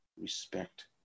respect